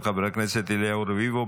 של חבר הכנסת אליהו רביבו,